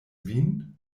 vin